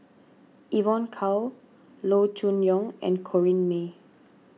Evon Kow Loo Choon Yong and Corrinne May